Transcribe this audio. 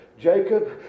Jacob